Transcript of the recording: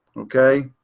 okay,